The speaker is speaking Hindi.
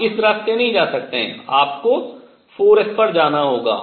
आप इस रास्ते नहीं जा सकते आपको 4 s पर जाना होगा